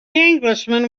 englishman